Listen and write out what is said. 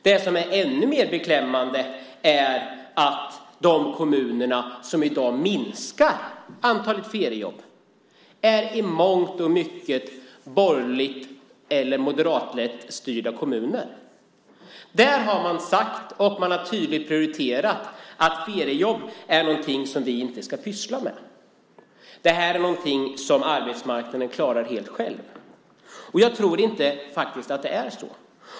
Det som är ännu mer beklämmande är att de kommuner som i dag minskar antalet feriejobb i mångt och mycket är borgerligt styrda eller moderatledda kommuner. Där har man sagt, och tydligt prioriterat, att feriejobb är något som vi inte ska pyssla med. Det här är något som arbetsmarknaden klarar själv. Jag tror faktiskt inte att det är så.